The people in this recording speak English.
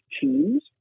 teams